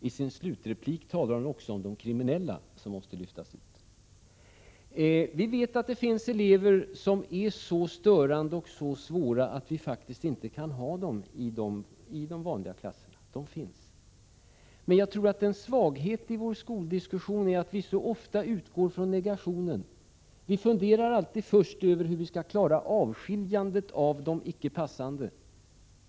I sin slutreplik talar hon också om kriminella elever som måste lyftas ut. Vi vet att det finns elever som är så störande och svåra att vi faktiskt inte kan ha dem i de vanliga klasserna — de eleverna finns. Men jag tror det är en svaghet i vår skoldiskussion när vi så ofta utgår ifrån negationen. Vi funderar alltid först över hur vi skall klara avskiljandet av de icke passande.